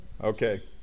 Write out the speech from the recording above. okay